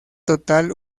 total